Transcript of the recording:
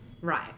Right